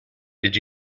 did